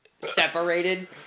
separated